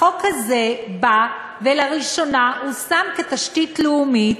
החוק הזה בא, ולראשונה הוא שם כתשתית לאומית